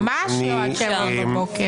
ממש לא עד 07:00 בבוקר.